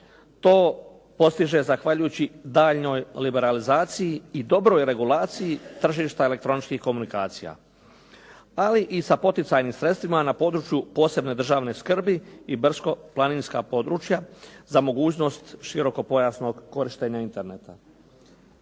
To postiže zahvaljujući daljnjoj liberalizaciji i dobroj regulaciji tržišta elektroničkih komunikacija ali i sa poticajnim sredstvima na području posebne državne skrbi i brdsko-planinska područja za mogućnost širokopojasnog korištenja interneta.